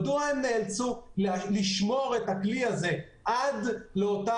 מדוע הם נאלצו לשמור את הכלי הזה עד לאותה